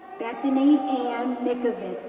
bethany ann mickavicz,